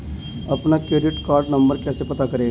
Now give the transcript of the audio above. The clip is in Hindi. अपना क्रेडिट कार्ड नंबर कैसे पता करें?